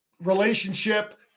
relationship